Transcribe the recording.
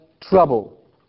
trouble